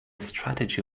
strategy